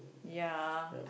ya